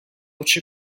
which